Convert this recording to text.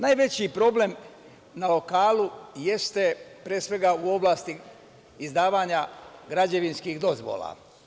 Najveći problem na lokalu jeste, pre svega, u oblasti izdavanja građevinskih dozvola.